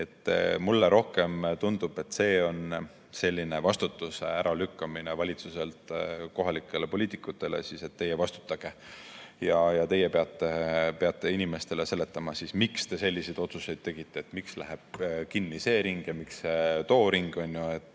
Mulle rohkem tundub, et see on selline vastutuse äralükkamine valitsuselt kohalikele poliitikutele: teie vastutage, teie peate inimestele seletama, miks valitsus selliseid otsuseid on teinud, miks läheb kinni see ring ja miks too ring. Sellega